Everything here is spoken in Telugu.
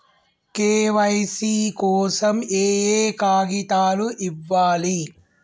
కే.వై.సీ కోసం ఏయే కాగితాలు ఇవ్వాలి?